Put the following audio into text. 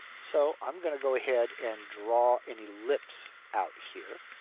so, i'm going to go ahead and draw an ellipse out here.